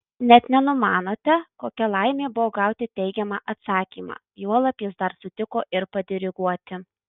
net nenumanote kokia laimė buvo gauti teigiamą atsakymą juolab jis dar sutiko ir padiriguoti